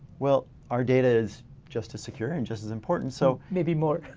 well, our data is just as secure and just as important. so maybe more.